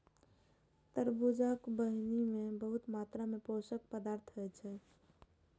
तरबूजक बीहनि मे बहुत मात्रा मे पोषक पदार्थ होइ छै